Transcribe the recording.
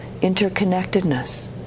interconnectedness